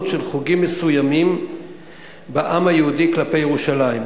של חוגים מסוימים בעם היהודי כלפי ירושלים.